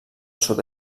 sud